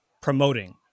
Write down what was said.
promoting